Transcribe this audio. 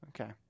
Okay